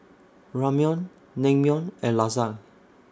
Ramyeon Naengmyeon and Lasagne